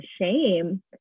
shame